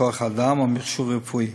כוח-אדם ומכשור רפואי.